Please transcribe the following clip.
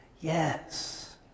Yes